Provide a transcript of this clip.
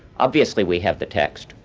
obviously, we have the text,